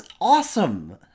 awesome